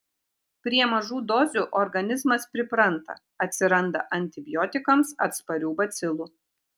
prie mažų dozių organizmas pripranta atsiranda antibiotikams atsparių bacilų